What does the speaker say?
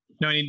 No